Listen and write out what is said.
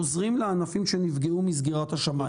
עוזרים לענפים שנפגעו מסגירת השמיים.